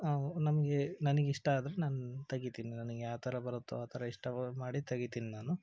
ನಾವು ನಮಗೆ ನನಗಿಷ್ಟ ಆದರೆ ನಾನು ತೆಗಿತೀನಿ ನನಿಗೆ ಯಾವ ಥರ ಬರುತ್ತೋ ಆ ಥರ ಇಷ್ಟ ಮಾಡಿ ತೆಗಿತೀನಿ ನಾನು